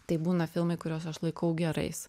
tai būna filmai kuriuos aš laikau gerais